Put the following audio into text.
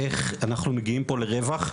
איך אנחנו מגיעים פה לרווח,